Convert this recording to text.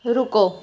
ਰੁਕੋ